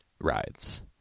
rides